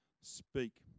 speak